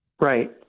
Right